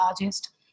largest